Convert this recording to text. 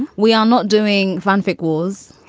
we are not doing fanfic wars,